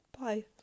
bye